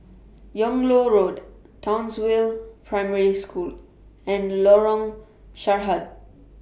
Yung Loh Road Townsville Primary School and Lorong Sarhad